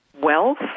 wealth